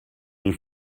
you